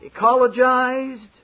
ecologized